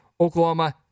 Oklahoma